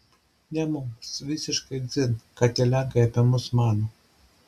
ne mums visiškai dzin ką tie lenkai apie mus mano